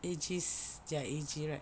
A_J their A_J right